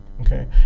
okay